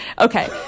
Okay